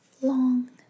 long